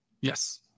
yes